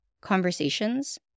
conversations